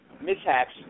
mishaps